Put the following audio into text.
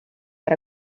per